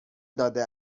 داده